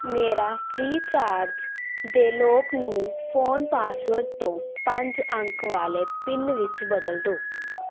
ਮੇਰਾ ਫ੍ਰੀਚਾਰਜ ਦੇ ਲੌਕ ਨੂੰ ਫ਼ੋਨ ਪਾਸਵਰਡ ਤੋਂ ਪੰਜ ਅੰਕ ਵਾਲੇ ਪਿੰਨ ਵਿੱਚ ਬਦਲ ਦਿਉ